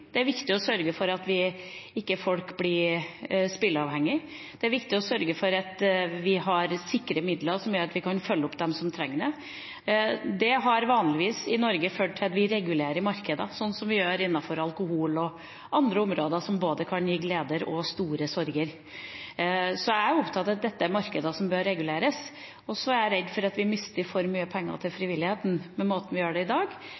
Det er viktig å sørge for at folk ikke blir spilleavhengig. Det er viktig å sørge for at vi har sikre midler for å følge opp dem som trenger det. Det har vanligvis i Norge ført til at vi regulerer markedet, som vi gjør innenfor alkohol og andre områder, som kan gi både gleder og store sorger. Jeg er opptatt av at dette er markeder som bør reguleres, og så er jeg redd for at vi mister for mye penger til frivilligheten med måten vi gjør det på i dag,